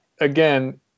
again